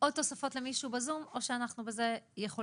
עוד תוספות למישהו בזום או שאנחנו יכולים בזה לסגור?